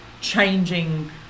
changing